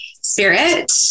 spirit